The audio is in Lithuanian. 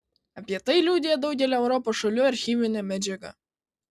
apie tai liudija daugelio europos šalių archyvinė medžiaga